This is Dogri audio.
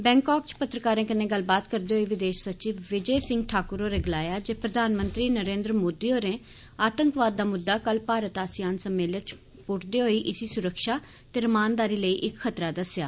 बैंगकाक च पत्रकारें कन्नै गल्लबात करदे होई विदेश सचिव विजय सिंह ठाकुर होरें गलाया जे प्रधानमंत्री नरेन्द्र मोदी होरें आतंकवाद दा मुद्दा कल भारत आसियान सम्मेलन च पुष्टदे होई इसी सुरक्षा ते रमानदारी लेई इक खतरा दस्सेआ